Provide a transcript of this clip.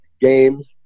games